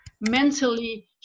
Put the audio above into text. mentally